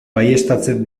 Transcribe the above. baieztatzen